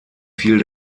fiel